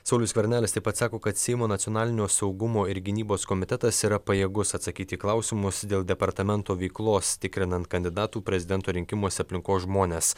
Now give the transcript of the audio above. saulius skvernelis taip pat sako kad seimo nacionalinio saugumo ir gynybos komitetas yra pajėgus atsakyti į klausimus dėl departamento veiklos tikrinant kandidatų prezidento rinkimuose aplinkos žmones